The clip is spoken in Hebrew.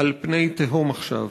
על פני תהום עכשיו.